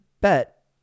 bet